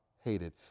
hated